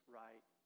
right